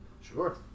sure